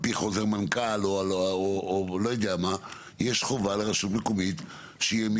על-פי חוזר מנכ"ל או לא-יודע-מה יש חובה לרשות מקומית שיהיה בה